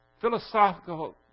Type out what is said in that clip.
philosophical